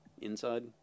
inside